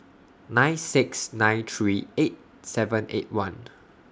nine six nine three eight seven eight one